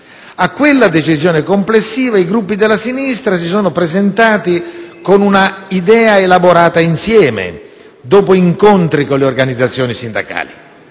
A quella decisione complessiva i Gruppi della sinistra hanno partecipato presentando un'idea elaborata insieme, dopo incontri con le organizzazioni sindacali.